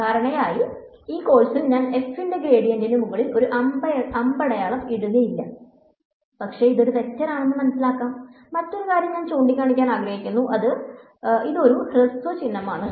സാധാരണയായി ഈ കോഴ്സിൽ ഞാൻ f ന്റെ ഗ്രേഡിയന്റിന് മുകളിൽ ഒരു അമ്പടയാളം ഇടുകയില്ല പക്ഷേ ഇത് ഒരു വെക്റ്ററാണെന്ന് മനസ്സിലാക്കാം മറ്റൊരു കാര്യം ഞാൻ ചൂണ്ടിക്കാണിക്കാൻ ആഗ്രഹിക്കുന്നു ഇത് ഒരു ഹ്രസ്വചിഹ്നമാണ്